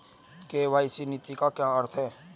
KYC नीति का क्या अर्थ है?